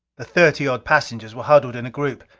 the thirty-odd passengers were huddled in a group.